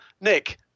nick